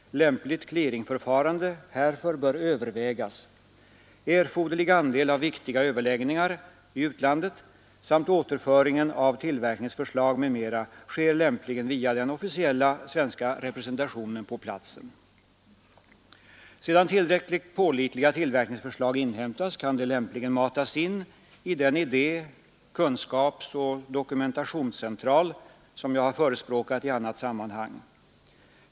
Lämpligt clearingförfarande härför bör övervägas. Erforderlig andel av viktiga överläggningar i utlandet samt återföring av tillverkningsförslag m.m. sker lämpligen via den officiella svenska representationen på platsen. Sedan tillräckligt pålitliga tillverkningsförslag inhämtats kan de lämpligen matas in i den idé-, kunskapsoch dokumentationscentral som jag har förespråkat i annat sammanhang.